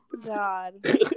god